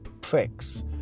pricks